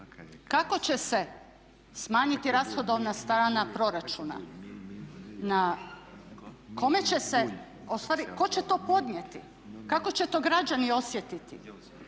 Kako će se smanjiti rashodovna strana proračuna? Na kome će se, ustvari tko će to podnijeti, kako će to građani osjetiti?